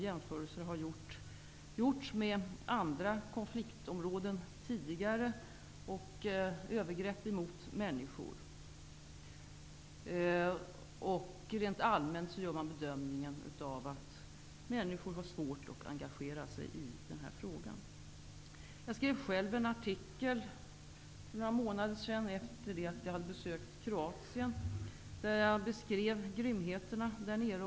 Jämförelser har gjorts med andra tidigare konfliktområden och övergrepp mot människor. Rent allmänt gör man bedömningen att folk har svårt att engagera sig i denna fråga. Jag skrev själv en artikel för några månader sedan efter det att jag hade besökt Kroatien. Jag beskrev grymheterna där nere.